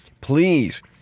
Please